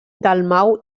dalmau